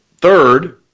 Third